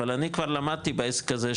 אבל אני כבר למדתי בעסק הזה,